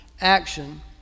action